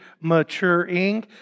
maturing